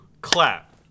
clap